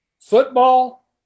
football